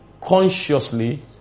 consciously